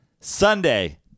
Sunday